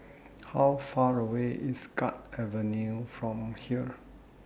How Far away IS Guards Avenue from here